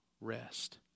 rest